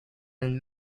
and